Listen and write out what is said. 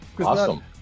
Awesome